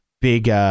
big